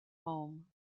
home